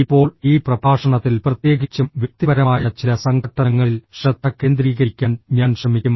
ഇപ്പോൾ ഈ പ്രഭാഷണത്തിൽ പ്രത്യേകിച്ചും വ്യക്തിപരമായ ചില സംഘട്ടനങ്ങളിൽ ശ്രദ്ധ കേന്ദ്രീകരിക്കാൻ ഞാൻ ശ്രമിക്കും